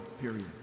period